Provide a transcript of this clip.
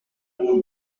numéro